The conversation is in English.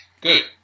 Good